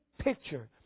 picture